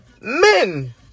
Men